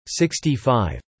65